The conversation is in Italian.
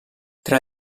tra